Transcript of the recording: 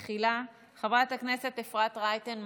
חברת הכנסת אורית פרקש הכהן,